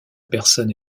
personne